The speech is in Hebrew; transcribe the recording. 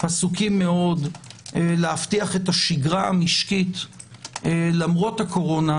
עסוקים מאוד להבטיח את השגרה המשקית למרות הקורונה,